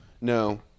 no